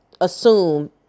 assume